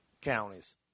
counties